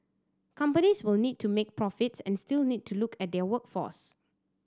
companies will need to make profits and still need to look at their workforce